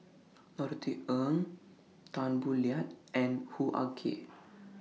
Norothy Ng Tan Boo Liat and Hoo Ah Kay